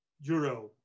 euro